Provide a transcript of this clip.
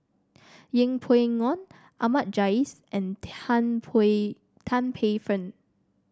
Yeng Pway Ngon Ahmad Jais and Tan Paey Tan Paey Fern